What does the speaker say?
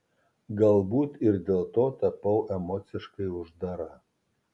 galbūt ir dėl to tapau emociškai uždara